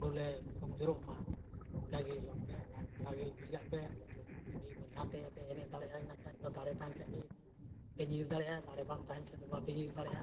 ᱟᱞᱚ ᱞᱮ ᱠᱚᱢ ᱡᱳᱨᱚᱜ ᱢᱟ ᱚᱱᱠᱟᱜᱮ ᱡᱚᱢ ᱯᱮ ᱟᱨ ᱚᱱᱠᱟᱜᱮ ᱧᱤᱨᱟᱜ ᱯᱮ ᱛᱟᱹᱠᱤ ᱵᱟᱲᱤᱭᱟᱛᱮᱯᱮ ᱮᱱᱮᱡ ᱫᱟᱲᱮᱭᱟᱜᱼᱟ ᱤᱱᱟᱹ ᱠᱷᱟᱱ ᱫᱚ ᱫᱟᱲᱮ ᱛᱟᱦᱮᱱ ᱠᱷᱟᱱ ᱜᱮᱯᱮ ᱧᱤᱨ ᱫᱟᱲᱮᱭᱟᱜᱼᱟ ᱫᱟᱲᱮ ᱵᱟᱝ ᱛᱟᱦᱮᱱ ᱠᱷᱟᱱ ᱫᱚ ᱵᱟᱯᱮ ᱧᱤᱨ ᱫᱟᱲᱮᱭᱟᱜᱼᱟ